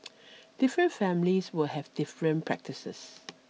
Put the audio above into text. different families will have different practices